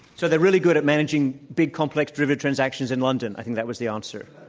so they're really good at managing big, complex derivative transactions in london. i think that was the answer.